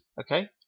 Okay